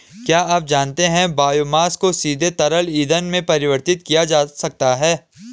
क्या आप जानते है बायोमास को सीधे तरल ईंधन में परिवर्तित किया जा सकता है?